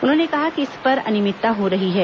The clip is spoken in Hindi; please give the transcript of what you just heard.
उन्होंने कहा कि इस पर अनियमितता हो रही है